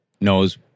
knows